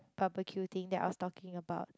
barbecue thing they are talking about